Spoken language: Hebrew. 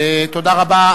תודה רבה.